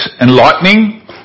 enlightening